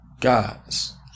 gods